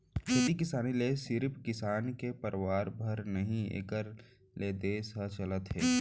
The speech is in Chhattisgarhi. खेती किसानी ले सिरिफ किसान के परवार भर नही एकर ले देस ह चलत हे